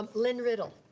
lynne riddle.